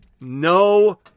No